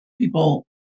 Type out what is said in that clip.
people